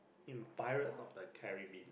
in Pirates of the Caribbean